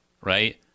right